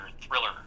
thriller